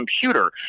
computer